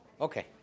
Okay